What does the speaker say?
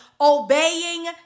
obeying